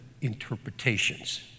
interpretations